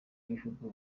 b’ibihugu